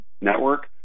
Network